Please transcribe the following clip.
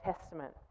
Testament